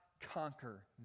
conquer